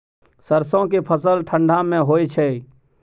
सरसो के फसल ठंडा मे होय छै?